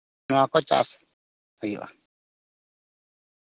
ᱱᱚᱶᱟ ᱠᱚ ᱪᱟᱥ ᱦᱩᱭᱩᱜᱼᱟ